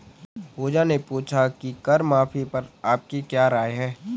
पूजा ने पूछा कि कर माफी पर आपकी क्या राय है?